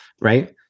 right